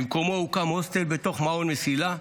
במקומו הוקם הוסטל בתוך מעון מסילה,